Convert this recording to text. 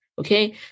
Okay